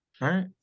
right